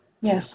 Yes